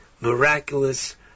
miraculous